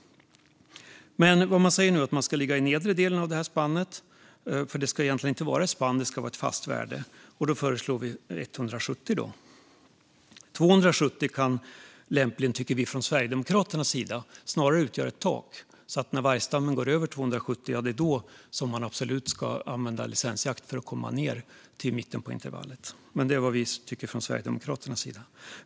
Man säger nu att man ska ligga i nedre delen av det här spannet, för det ska egentligen inte vara ett spann utan ett fast värde, och då föreslår vi 170. 270 tycker vi från Sverigedemokraternas sida snarare kan utgöra ett tak. När vargstammen går över 270 ska man absolut använda licensjakt för att komma ned till mitten av intervallet. Men det är vad vi tycker från Sverigedemokraternas sida.